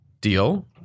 deal